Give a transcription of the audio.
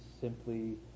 simply